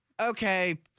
Okay